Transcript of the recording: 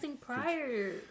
prior